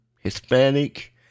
Hispanic